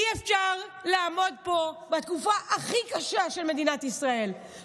אי-אפשר לעמוד פה בתקופה הכי קשה של מדינת ישראל,